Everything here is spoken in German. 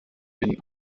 den